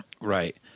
Right